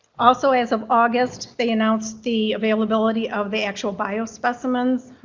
also as of august, they announced the availability of the actual biospecimen.